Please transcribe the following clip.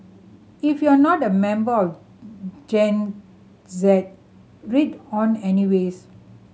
if you're not a member of Gen Z read on anyways